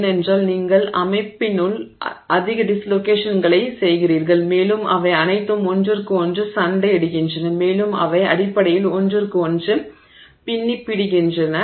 ஏனென்றால் நீங்கள் அமைப்பினுள் அதிக டிஸ்லோகேஷன்களைச் செய்கிறீர்கள் மேலும் அவை அனைத்தும் ஒன்றிற்கு ஒன்று சண்டையிடுகின்றன மேலும் அவை அடிப்படையில் ஒன்றிற்கு ஒன்று பின்னிப் பிடிக்கின்றன